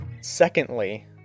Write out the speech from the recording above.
Secondly